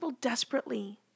desperately